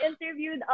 interviewed